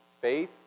faith